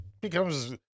becomes